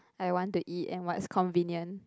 I want to eat and what's convenient